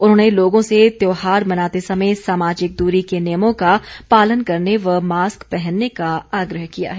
उन्होंने लोगों से त्यौहार मनाते समय सामाजिक दूरी के नियमों का पालन करने व मास्क पहनने का आग्रह किया है